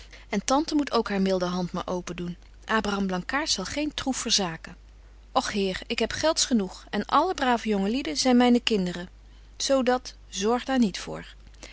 en tante moet ook haar milde hand maar open doen abraham blankaart zal geen troef verzaken och heer ik heb gelds genoeg en alle brave jonge lieden zyn myne kinderen zo dat zorg daar niet voor